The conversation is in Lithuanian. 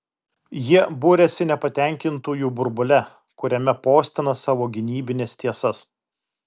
jie buriasi nepatenkintųjų burbule kuriame postina savo gynybines tiesas